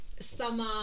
summer